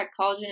collagen